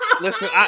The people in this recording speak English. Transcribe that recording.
listen